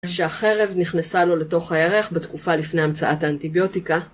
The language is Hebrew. כשהחרב נכנסה לו לתוך הירך בתקופה לפני המצאת האנטיביוטיקה